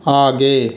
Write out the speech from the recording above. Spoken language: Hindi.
आगे